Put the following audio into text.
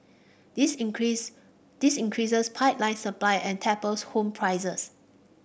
this increase this increases pipeline supply and tapers home prices